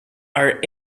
are